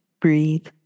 Breathe